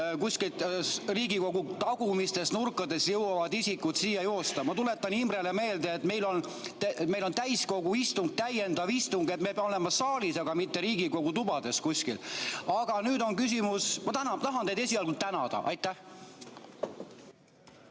kuskilt Riigikogu tagumistest nurkadest isikutel jõuda siia joosta. Ma tuletan Imrele meelde, et meil on täiskogu istung, täiendav istung. Me peame olema saalis, aga mitte Riigikogu tubades kuskil. Aga nüüd on küsimus ... Ma tahan teid esialgu tänada. Aitäh!